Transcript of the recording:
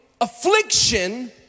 affliction